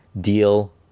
deal